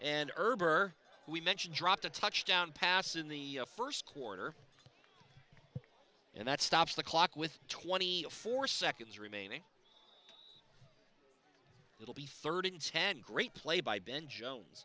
or we mentioned dropped a touchdown pass in the first quarter and that stops the clock with twenty four seconds remaining it'll be third in ten great play by ben jones